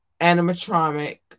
animatronic